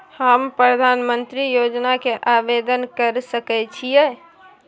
हम प्रधानमंत्री योजना के आवेदन कर सके छीये?